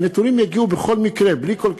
הנתונים יגיעו בכל מקרה, בלי כל קשר.